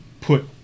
put